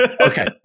Okay